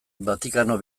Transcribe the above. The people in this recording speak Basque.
vatikano